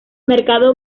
mercado